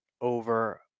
over